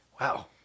Wow